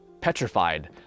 petrified